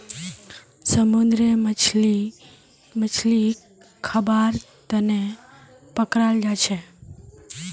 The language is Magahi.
समुंदरी मछलीक खाबार तनौ पकड़ाल जाछेक